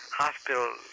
Hospital